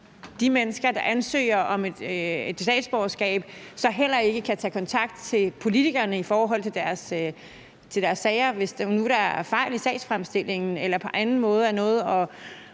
de mennesker, der ansøger om et statsborgerskab, så heller ikke kan tage kontakt til politikerne i forhold til deres sager, hvis der nu er fejl i sagsfremstillingen eller der på anden måde er noget at